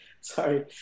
Sorry